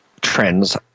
trends